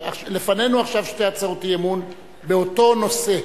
לפנינו שתי הצעות אי-אמון באותו נושא,